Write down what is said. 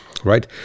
right